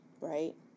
right